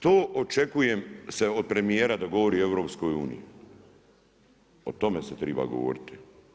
To očekujem se od premjera da govori o EU, o tome se treba govoriti.